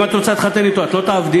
אם את רוצה להתחתן אתו את לא תעבדי,